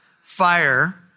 Fire